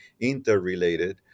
interrelated